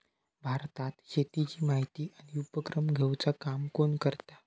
भारतात शेतीची माहिती आणि उपक्रम घेवचा काम कोण करता?